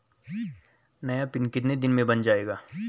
नया पिन कितने दिन में बन जायेगा?